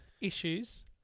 issues